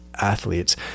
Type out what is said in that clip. athletes